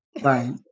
Right